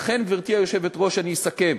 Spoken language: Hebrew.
לכן, גברתי היושבת-ראש, אני אסכם,